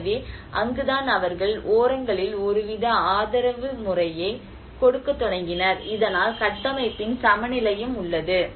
எனவே அங்குதான் அவர்கள் ஓரங்களில் ஒருவித ஆதரவு முறையை கொடுக்கத் தொடங்கினர் இதனால் கட்டமைப்பின் சமநிலையும் உள்ளது